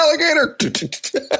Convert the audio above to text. alligator